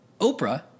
Oprah